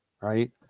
right